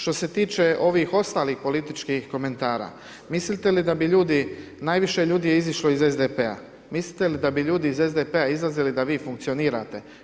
Što se tiče ovih ostalih političkih komentara, mislite li da bi ljudi, najviše ljudi je izišlo iz SDP-a, mislite li da bi ljudi iz SDP-a izlazili da vi funkcionirate?